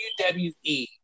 WWE